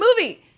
movie